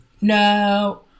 No